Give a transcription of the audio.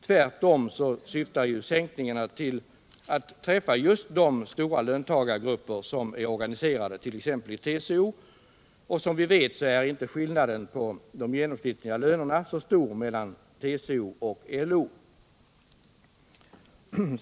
Tvärtom syftar ju sänkningarna till att träffa just de stora löntagargrupper som är organiserade t.ex. i TCO, och som vi vet är inte skillnaden i fråga om genomsnittslönerna så stor mellan TCO och LO.